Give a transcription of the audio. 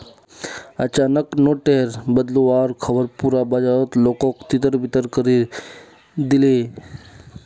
अचानक नोट टेर बदलुवार ख़बर पुरा बाजारेर लोकोत तितर बितर करे दिलए